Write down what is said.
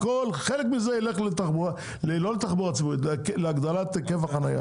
חלק מזה ילך להגדלת היקף החנייה.